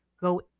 go